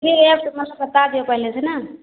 फिर रेट मत बता देओ पहले से ना